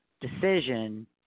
decision